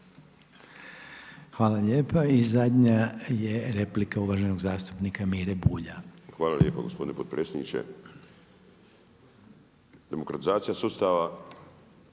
Hvala lijepa. I zadnja je replika uvaženog zastupnika Mire Bulja. **Bulj, Miro (MOST)** Hvala lijepo gospodine potpredsjedniče. Demokratizacija sustava